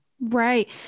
Right